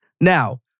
Now